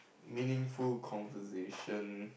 meaningful conversation